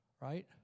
right